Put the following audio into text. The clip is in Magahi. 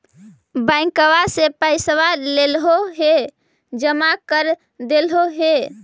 बैंकवा से पैसवा लेलहो है जमा कर देलहो हे?